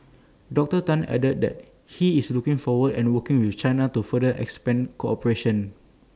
dr Tan added that he is looking forward to working with China to further expand cooperation